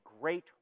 great